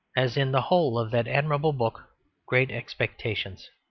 as in the whole of that admirable book great expectations.